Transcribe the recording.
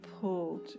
pulled